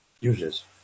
uses